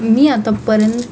मी आतापर्यंत